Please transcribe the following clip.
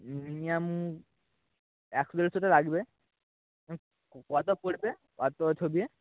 minimum একশো দেড়শোটা লাগবে কত পড়বে ছবিতে